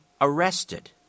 arrested